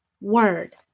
word